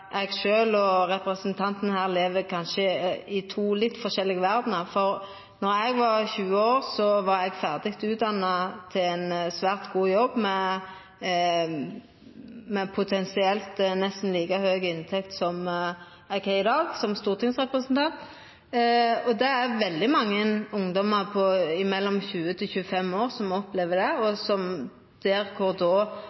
eg at eg og representanten kanskje lever i to litt forskjellige verder, for då eg var 20 år, var eg ferdig utdanna til ein svært god jobb med potensielt nesten like høg inntekt som eg har i dag som stortingsrepresentant. Det er veldig mange ungdomar mellom 20 og 25 år som opplever det,